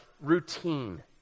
routine